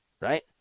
right